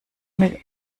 mit